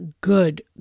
good